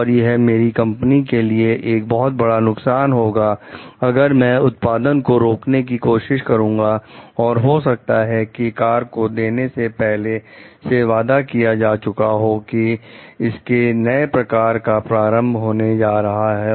और यह मेरी कंपनी के लिए एक बहुत बड़ा नुकसान होगा अगर मैं उत्पादन को रोकने की कोशिश करूंगा और हो सकता है कि कार को देने का पहले से वादा किया जा चुका हो कि इसके नए प्रकार का प्रारंभ होने जा रहा हो